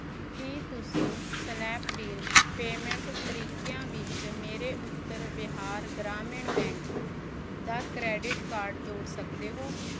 ਕੀ ਤੁਸੀਂਂ Snapdeal payment ਤਰੀਕਿਆਂ ਵਿੱਚ ਮੇਰੇ ਉੱਤਰ ਬਿਹਾਰ ਗ੍ਰਾਮੀਣ ਬੈਂਕ ਦਾ ਕ੍ਰੈਡਿਟ ਕਾਰਡ ਜੋੜ ਸਕਦੇ ਹੋ